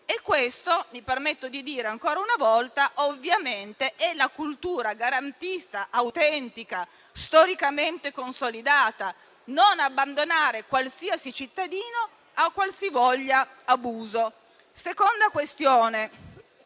Questo - mi permetto di dirlo ancora una volta - rientra nella cultura garantista, autentica e storicamente consolidata di non abbandonare qualsiasi cittadino a qualsivoglia abuso. Seconda questione: